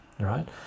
right